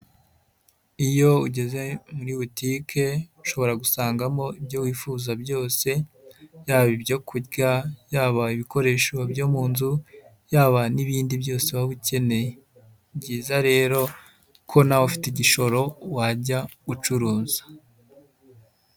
Iyo ugeze muri butike, ushobora gusangamo ibyo wifuza byose, yaba ibyo kurya, yaba ibikoresho byo mu nzu, yaba n'ibindi byose waba ukeneye, ni byiza rero ko nawe ufite igishoro, wajya ucuruza.